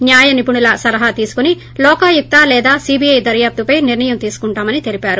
న్నాయనిపుణుల సలహా తీసుకుని లోకాయుక్త లేదా సీబీఐ దర్భాపుపై నిర్లయం తీసుకుంటామని తెలిపారు